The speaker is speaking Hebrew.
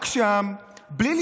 אתה לא מקשיב, לא שומע.